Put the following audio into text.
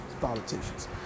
politicians